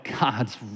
God's